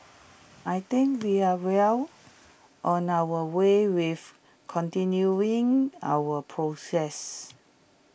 I think we are well on our way with continuing our progress